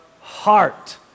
heart